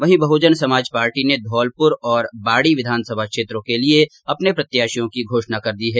वहीं बहुजन समाज पार्टी ने धौलपुर बौर बाडी विधानसभा क्षेत्रों क लिए अपने प्रत्याशियों की घोषणा कर दी है